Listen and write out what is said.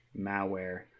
malware